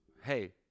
Hey